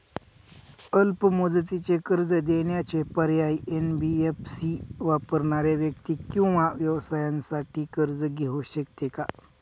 अल्प मुदतीचे कर्ज देण्याचे पर्याय, एन.बी.एफ.सी वापरणाऱ्या व्यक्ती किंवा व्यवसायांसाठी कर्ज घेऊ शकते का?